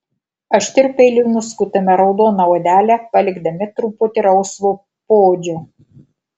aštriu peiliu nuskutame raudoną odelę palikdami truputį rausvo poodžio